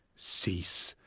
cease,